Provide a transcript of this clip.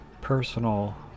personal